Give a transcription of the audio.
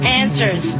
answers